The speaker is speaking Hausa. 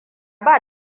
ba